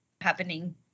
happening